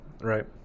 right